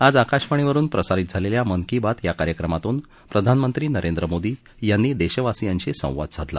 आज आकाशवाणीवरून प्रसारित झालेल्या मन की बात या कार्यक्रमातून प्रधानमंत्री नरेंद्र मोदी यांनी देशवासीयांशी संवाद साधला